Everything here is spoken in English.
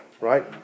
right